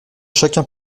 chacun